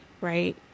right